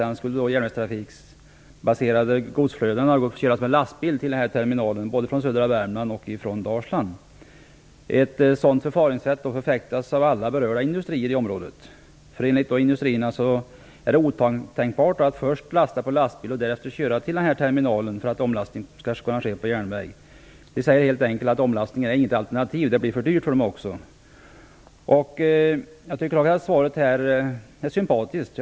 De järnvägstrafikbaserade godsflödena skulle köras med lastbil till terminalen både från södra Värmland och från Dalsland. Ett sådant förfaringssätt förfäktas av alla berörda industrier i området. Enligt industrierna är det otänkbart att först lasta på lastbil och därefter köra till terminalen för att omlastning skall kunna ske till järnväg. De säger helt enkelt att omlastning inte är ett alternativt. Det blir också för dyrt för dem. Svaret är sympatiskt.